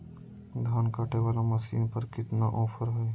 धान कटे बाला मसीन पर कितना ऑफर हाय?